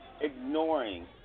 Ignoring